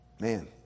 man